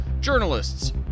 journalists